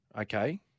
okay